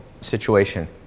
situation